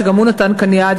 שגם הוא נתן כאן יד,